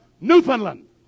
Newfoundland